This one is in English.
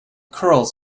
curls